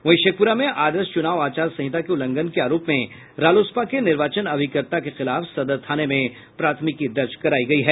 वहीं शेखपुरा में आदर्श चुनाव आचार संहिता के उलंघन के आरोप में रालोसपा के निर्वाचन अभिकर्ता के खिलाफ सदर थाना में प्राथमिकी दर्ज करायी गयी है